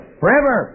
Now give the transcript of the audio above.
forever